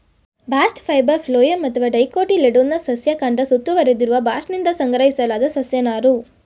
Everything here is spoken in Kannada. ಬಾಸ್ಟ್ ಫೈಬರ್ ಫ್ಲೋಯಮ್ ಅಥವಾ ಡೈಕೋಟಿಲೆಡೋನಸ್ ಸಸ್ಯ ಕಾಂಡ ಸುತ್ತುವರೆದಿರುವ ಬಾಸ್ಟ್ನಿಂದ ಸಂಗ್ರಹಿಸಲಾದ ಸಸ್ಯ ನಾರು